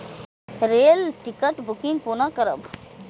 Rail ticket booking कोना करब?